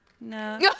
No